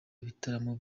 ibitaramo